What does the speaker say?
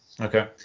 Okay